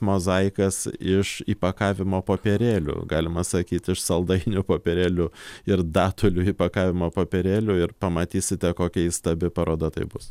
mozaikas iš įpakavimo popierėlių galima sakyti iš saldainių popierėlių ir datulių įpakavimo popierėlių ir pamatysite kokia įstabi paroda tai bus